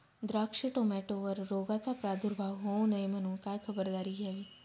द्राक्ष, टोमॅटोवर रोगाचा प्रादुर्भाव होऊ नये म्हणून काय खबरदारी घ्यावी?